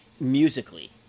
musically